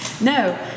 No